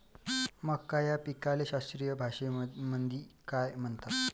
मका या पिकाले शास्त्रीय भाषेमंदी काय म्हणतात?